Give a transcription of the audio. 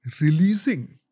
Releasing